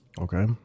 Okay